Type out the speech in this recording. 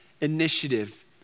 initiative